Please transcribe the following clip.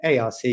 ARC